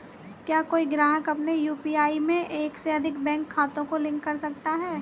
क्या कोई ग्राहक अपने यू.पी.आई में एक से अधिक बैंक खातों को लिंक कर सकता है?